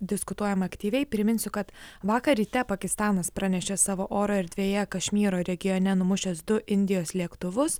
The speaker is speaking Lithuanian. diskutuojama aktyviai priminsiu kad vakar ryte pakistanas pranešė savo oro erdvėje kašmyro regione numušęs du indijos lėktuvus